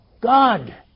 God